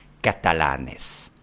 catalanes